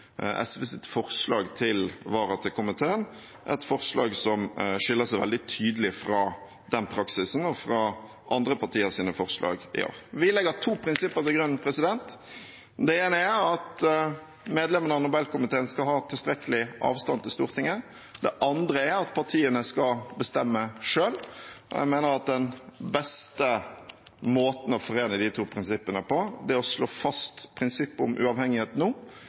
forslag til vara til komiteen et forslag som skiller seg veldig tydelig fra den praksisen og fra andre partiers forslag. Vi legger to prinsipper til grunn. Det ene er at medlemmene av Nobelkomiteen skal ha tilstrekkelig avstand til Stortinget. Det andre er at partiene skal bestemme selv. Jeg mener at den beste måten å forene de to prinsippene på er å slå fast prinsippet om uavhengighet nå,